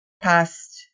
past